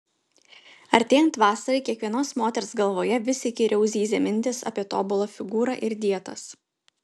artėjant vasarai kiekvienos moters galvoje vis įkyriau zyzia mintys apie tobulą figūrą ir dietas